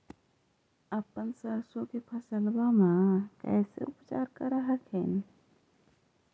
अपन सरसो के फसल्बा मे कैसे उपचार कर हखिन?